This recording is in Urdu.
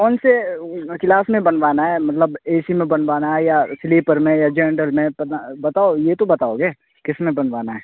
کون سے کلاس میں بنوانا ہے مطلب اے سی میں بنوانا ہے یا سلیپر میں یا جنرل میں بتاؤ یہ تو بتاؤ گے کس میں بنوانا ہے